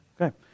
Okay